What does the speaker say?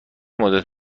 مدت